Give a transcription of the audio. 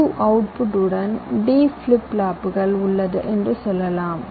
Q output உடன் D flip flop உள்ளது என்று சொல்லலாம்